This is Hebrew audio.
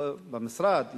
במשרד,